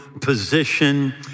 position